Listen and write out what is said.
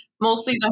mostly